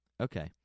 Okay